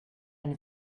eine